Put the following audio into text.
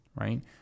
right